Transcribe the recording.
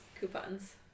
Coupons